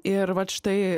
ir vat štai